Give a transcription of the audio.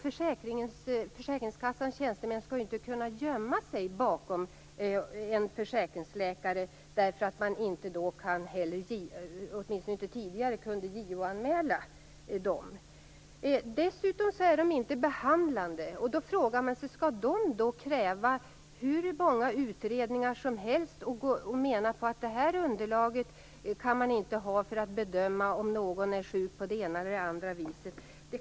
Försäkringskassans tjänstemän skall inte kunna gömma sig bakom en försäkringsläkare därför att man ju åtminstone tidigare inte kunde JO-anmäla försäkringsläkaren. Dessutom är försäkringsläkarna inte behandlande. Jag frågar mig då om de skall kräva hur många utredningar som helst. Skall de kunna säga att det utifrån ett underlag inte går att bedöma om någon är sjuk på det ena eller andra viset?